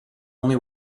only